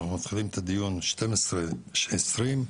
אנחנו מתחילים את הדיון בשתיים עשרה ועשרים,